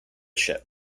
ship